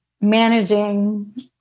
managing